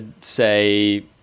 say